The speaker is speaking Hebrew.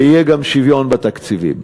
ויהיה גם שוויון בתקציבים.